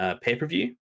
pay-per-view